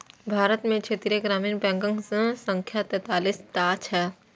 भारत मे क्षेत्रीय ग्रामीण बैंकक संख्या तैंतालीस टा छै